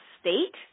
state